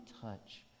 touch